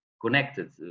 connected